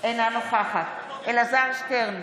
אינה נוכחת אלעזר שטרן,